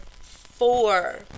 four